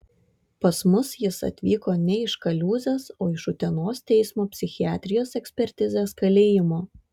pas mus jis atvyko ne iš kaliūzės o iš utenos teismo psichiatrijos ekspertizės kalėjimo